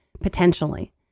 potentially